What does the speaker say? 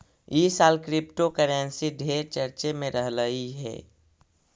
ई साल क्रिप्टोकरेंसी ढेर चर्चे में रहलई हे